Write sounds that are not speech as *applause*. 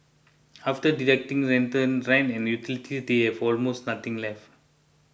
after deducting *unintelligible* rent and utilities they have almost nothing left